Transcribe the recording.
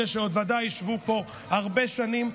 אלה שעוד ודאי ישבו פה הרבה שנים,